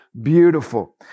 beautiful